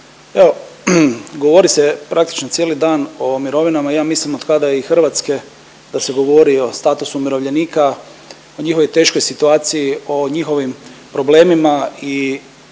Evo govori se praktično cijeli dan o mirovinama, a ja mislim od kada je i Hrvatske da se govori o statusu umirovljenika, o njihovoj teškoj situaciji o njihovim problemima i